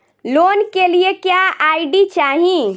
Loan के लिए क्या आई.डी चाही?